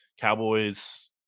Cowboys